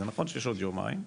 זה נכון שיש עוד יומיים,